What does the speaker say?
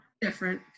different